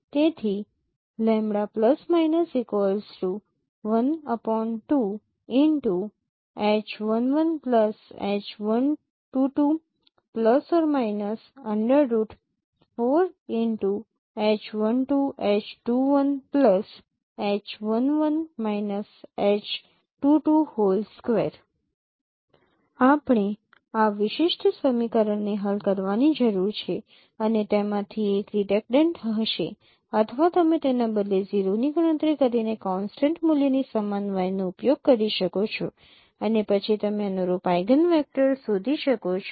તેથી આપણે આ વિશિષ્ટ સમીકરણને હલ કરવાની જરૂર છે અને તેમાંથી એક રીડન્ડન્ટ હશે અથવા તમે તેના બદલે 0 ની ગણતરી કરીને કોન્સટન્ટ મૂલ્યની સમાન y નો ઉપયોગ કરી શકો છો અને પછી તમે અનુરૂપ આઇગનવેક્ટર શોધી શકો છો